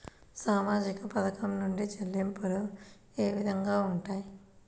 సామాజిక పథకం నుండి చెల్లింపులు ఏ విధంగా ఉంటాయి?